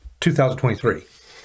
2023